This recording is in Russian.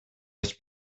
раз